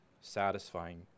satisfying